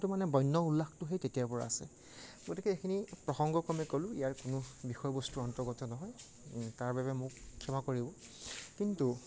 এইটো মানে বন্য উল্লাসটো সেই তেতিয়াৰ পৰা আছে গতিকে এইখিনি প্ৰসংগক্ৰমে ক'লোঁ ইয়াৰ কোনো বিষয়বস্তু অন্তৰ্গত নহয় তাৰ বাবে মোক ক্ষমা কৰিব কিন্তু